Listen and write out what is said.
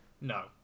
No